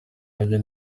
nabyo